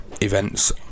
events